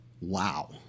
Wow